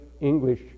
English